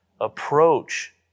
approach